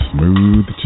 Smooth